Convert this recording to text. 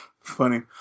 funny